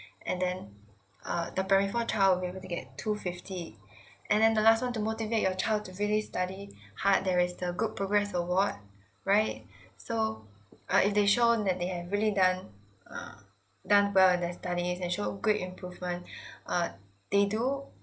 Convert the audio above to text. and then uh the primary four child will be able to get two fifty and then the last one to motivate your child is really study hard there is the good progress award right so uh if they've shown that they have really done uh done well in their studies and show great improvement uh they do